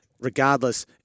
regardless